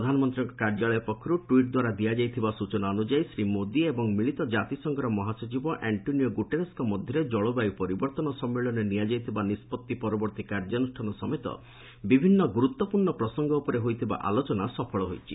ପ୍ରଧାନମନ୍ତ୍ରୀଙ୍କ କାର୍ଯ୍ୟାଳୟ ପକ୍ଷରୁ ଟ୍ୱିଟ୍ ଦ୍ୱାରା ଦିଆଯାଇଥିବା ସୂଚନା ଅନୁଯାୟୀ ଶ୍ରୀ ମୋଦୀ ଏବଂ ମିଳିତ କାତିସଂଘର ମହାସଚିବ ଆକ୍ଟୋନିଓ ଗୁଟେରସ୍କ ମଧ୍ୟରେ ଜଳବାୟୁ ପରିବର୍ଭନ ସମ୍ମିଳନୀରେ ନିଆଯାଇଥିବା ନିଷ୍ପଭି ପରବର୍ତ୍ତୀ କାର୍ଯ୍ୟାନୁଷ୍ଠାନ ସମେତ ବିଭିନ୍ନ ଗୁରୁତ୍ୱପୂର୍ଣ୍ଣ ପ୍ରସଙ୍ଗ ଉପରେ ହୋଇଥିବା ଆଲୋଚନା ସଫଳ ହୋଇଛି